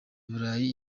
burayi